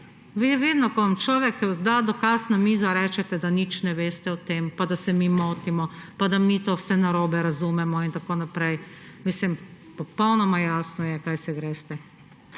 Vi vedno, ko vam človek da dokaz na mizo, rečete, da nič ne veste o tem, da se mi motimo pa da mi to vse narobe razumemo in tako naprej. Popolnoma jasno je, kaj se greste,